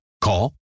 Call